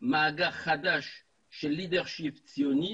מאגר חדש של מנהיגות ציונית